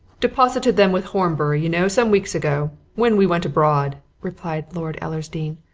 deposited them with horbury, you know, some weeks ago when we went abroad, replied lord ellersdeane.